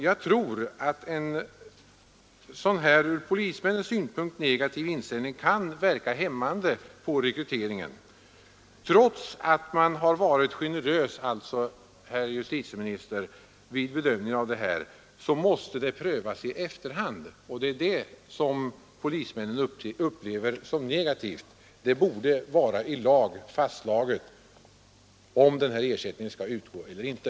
Jag tror att en sådan här ur polismännens synpunkt negativ inställning kan verka hämmande på rekryteringen. Trots att man alltså har varit generös, herr justitieminister, vid bedömningen så måste ersättningsfrågan prövas i efterhand, och det är det som polismännen upplever som negativt. Det borde vara i lag fastslaget om den här ersättningen skall utgå eller inte.